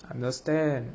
understand